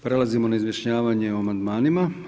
Prelazimo na izjašnjavanje o amandmanima.